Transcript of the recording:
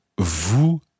vous